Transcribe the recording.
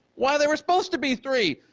why, there were supposed to be three,